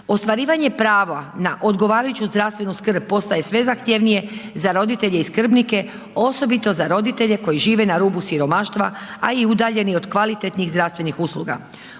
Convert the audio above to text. Ostvarivanje prava na odgovarajuću zdravstvenu skrb postaje sve zahtjevnije za roditelje i skrbnike, osobito za roditelje koji žive na rubu siromaštva, a i udaljeni od kvalitetnih zdravstvenih usluga.